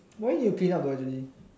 why need to clean up though actually